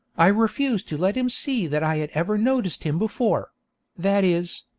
i refused to let him see that i had ever noticed him before that is,